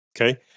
okay